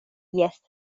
jes